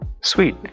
Sweet